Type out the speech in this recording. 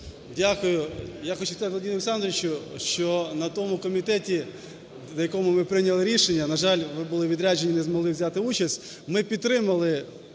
Олександровичу, що на тому комітеті, на якому ви прийняли рішення - на жаль, ви були у відрядженні і не змогли взяти участь, - ми підтримали